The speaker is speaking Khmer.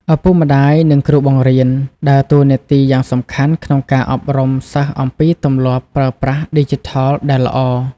ឪពុកម្តាយ និងគ្រូបង្រៀនដើរតួនាទីយ៉ាងសំខាន់ក្នុងការអប់រំសិស្សអំពីទម្លាប់ប្រើប្រាស់ឌីជីថលដែលល្អ។